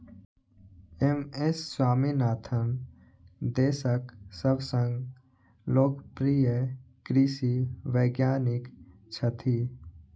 M S Swaminathan देशक सबसं लोकप्रिय कृषि वैज्ञानिक छथि